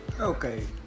Okay